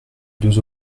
deux